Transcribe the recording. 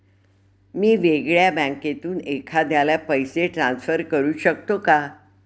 मी वेगळ्या बँकेतून एखाद्याला पैसे ट्रान्सफर करू शकतो का?